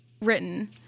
written